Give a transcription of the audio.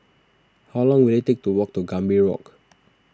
how long will it take to walk to Gambir Walk